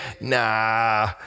nah